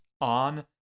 on